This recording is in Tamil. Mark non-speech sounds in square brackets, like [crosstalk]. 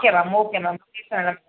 okay ma'am okay ma'am [unintelligible]